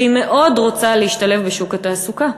והיא מאוד רוצה להשתלב בשוק התעסוקה.